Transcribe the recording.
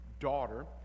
daughter